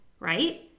right